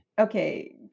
Okay